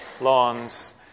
lawns